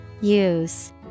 Use